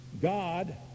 God